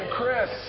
Chris